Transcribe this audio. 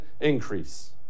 increase